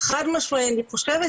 חד משמעית, אני חושבת